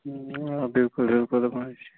آ بِلکُل بِلکُل دَپان أسۍ